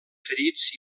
ferits